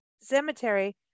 Cemetery